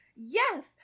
Yes